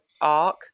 arc